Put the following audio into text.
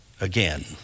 again